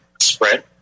spread